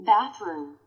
Bathroom